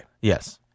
Yes